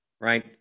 right